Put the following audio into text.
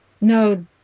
No